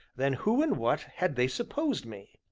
then who and what had they supposed me?